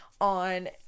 on